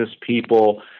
people